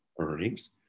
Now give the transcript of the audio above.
earnings